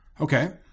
Okay